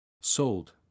Sold